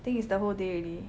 think it's the whole day already